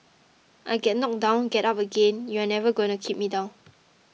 I get knocked down get up again you're never gonna keep me down